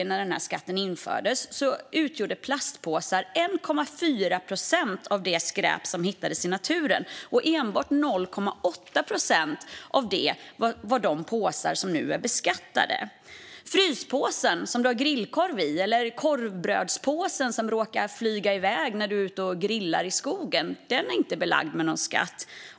När den här skatten infördes 2020 utgjorde plastpåsar 1,4 procent av det skräp som hittades i naturen, och enbart 0,8 procent av det var de påsar som nu är beskattade. Den fryspåse som du har grillkorven i eller den korvbrödspåse som råkar flyga iväg när du är ute och grillar i skogen är inte belagda med skatt.